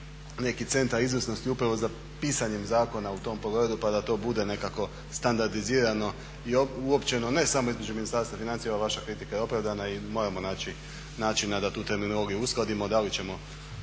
neki centar izvrsnosti upravo za pisanje zakona u tom pogledu pa da to bude nekako standardizirano i uopćeno, ne samo između Ministarstva financija. I ova vaš kritika je opravdana i moramo naći način da tu terminologiju uskladimo. Da li ćemo